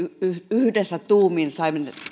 yhdessä tuumin saimme